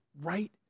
right